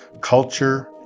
culture